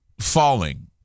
falling